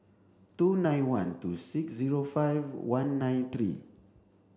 two nine one two six zero five one nine three